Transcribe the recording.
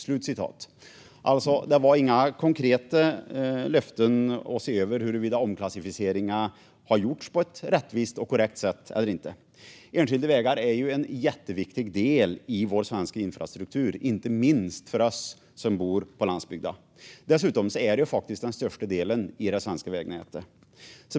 Det var alltså inga konkreta löften att se över huruvida omklassificeringen har gjorts på ett rättvist och korrekt sätt eller inte. Enskilda vägar är ju en jätteviktig del i vår infrastruktur, inte minst för oss som bor på landsbygden. Dessutom utgör de faktiskt den största delen av det svenska vägnätet.